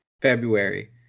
February